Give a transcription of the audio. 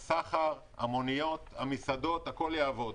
הסחר, המוניות, המסעדות, הכול יעבוד.